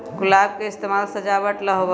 गुलाब के इस्तेमाल सजावट ला होबा हई